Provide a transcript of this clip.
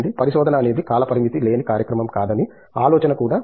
పరిశోధన అనేది కాలపరిమితి లేని కార్యక్రమం కాదని ఆలోచన కూడా ఉంది